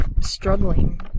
struggling